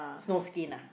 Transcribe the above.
snowskin ah